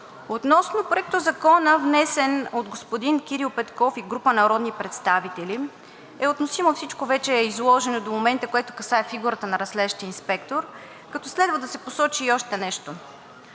Относно Проектозакона, внесен от господин Кирил Петков и група народни представители, всичко вече е изложено до момента, което касае фигурата на разследващия инспектор, като следва да се посочи и още нещо.